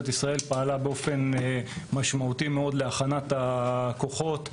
ישראל פעלה באופן משמעותי מאוד להכנת הכוחות,